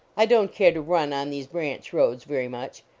i don care to run on these branch roads very much.